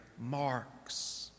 marks